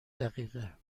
دقیقه